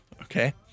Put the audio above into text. Okay